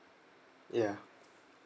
yeah